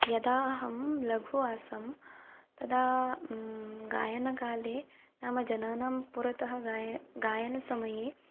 यदा अहं लघु आसं तदा गायनकाले नाम जनानाम्पुरतः गायनसमये